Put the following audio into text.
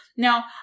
Now